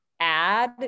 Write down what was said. add